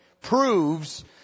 proves